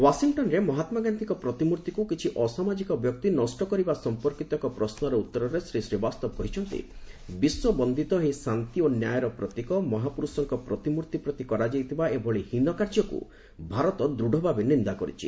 ୱାଶିଂଟନ୍ରେ ମହାତ୍ମାଗାନ୍ଧିଙ୍କ ପ୍ରତିମ୍ଭିକୁ କିଛି ଅସାମାଜିକ ବ୍ୟକ୍ତି ନଷ୍ଟ କରିବା ସମ୍ପର୍କିତ ଏକ ପ୍ରଶ୍ନର ଉତ୍ତରେ ଶ୍ରୀ ଶ୍ରୀବାସ୍ତବ କହିଛନ୍ତି ବିଶ୍ୱବନ୍ଦିତ ଏହି ଶାନ୍ତି ଓ ନ୍ୟାୟର ପ୍ରତୀକ ମହାପୁରୁଷଙ୍କ ପ୍ରତିମୂର୍ତ୍ତି ପ୍ରତି କରାଯାଇଥିବା ଏଭଳି ହୀନ କାର୍ଯ୍ୟକୁ ଭାରତ ଦୂଢ଼ଭାବେ ନିନ୍ଦା କରିଛି